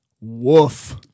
woof